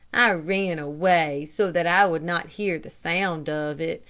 i ran away so that i would not hear the sound of it,